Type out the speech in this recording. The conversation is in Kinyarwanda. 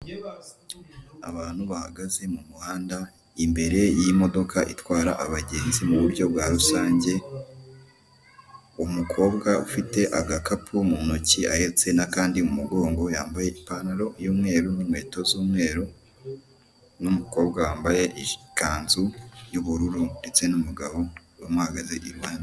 Ni imitako ikorwa n'abanyabugeni, imanitse ku rukuta rw'umukara ubusanzwe ibi byifashishwa mu kubitaka mu mazu, yaba ayo mu ngo ndetse n'ahatangirwamo serivisi.